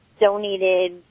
donated